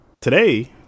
today